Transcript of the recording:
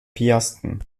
piasten